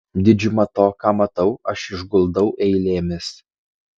didžiumą to ką matau aš išguldau eilėmis